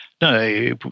no